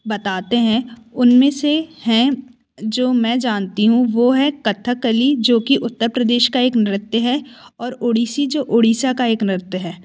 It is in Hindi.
बताते हैं उनमें से हैं जो मैं जानती हूँ वो है कथकली जो कि उत्तर प्रदेश का एक नृत्य है और उड़ीसी जो उड़ीसा का एक नृत्य है